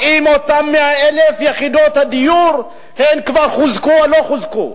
האם אותן 100,000 יחידות הדיור כבר חוזקו או לא חוזקו?